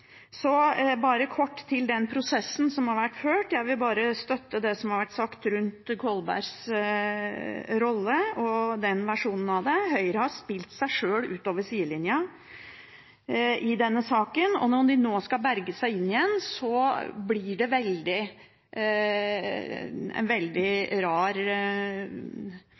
Så kort til den prosessen som har vært ført: Jeg vil støtte det som har vært sagt om Kolbergs rolle og den versjonen av det. Høyre har spilt seg sjøl utover sidelinja i denne saken, og når de nå skal berge seg inn igjen, blir det en veldig rar